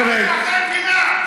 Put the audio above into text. אתה קורא לחרם על אזרחי המדינה.